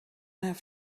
have